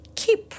keep